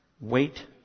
Wait